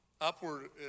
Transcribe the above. Upward